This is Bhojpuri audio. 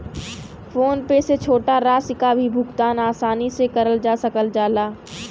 फोन पे से छोटा राशि क भी भुगतान आसानी से करल जा सकल जाला